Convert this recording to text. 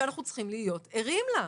שאנחנו צריכים להיות ערים לה.